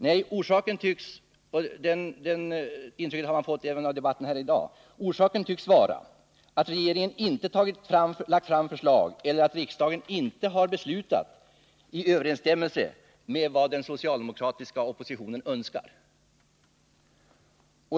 Nej, orsaken tycks vara — det intrycket har jag fått av debatten här i dag — att regeringen inte har lagt fram förslag och riksdagen inte beslutat i överensstämmelse med vad den socialdemokratiska oppositionen önskar.